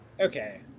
Okay